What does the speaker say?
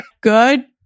Good